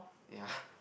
ya